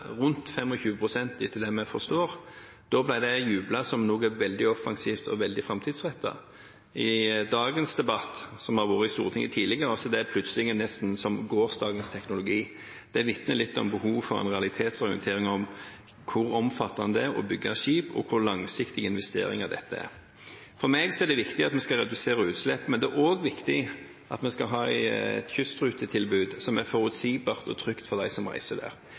rundt 25 pst., etter det vi forstår. Da ble det jublet over som noe veldig offensivt og veldig framtidsrettet. I dagens debatt, som har vært i Stortinget tidligere, høres det plutselig nesten ut som gårsdagens teknologi. Det vitner litt om behovet for en realitetsorientering om hvor omfattende det er å bygge skip og hvor langsiktige investeringer dette er. For meg er det viktig at vi skal redusere utslipp, men det er også viktig at vi skal ha et kystrutetilbud som er forutsigbart og trygt for dem som reiser.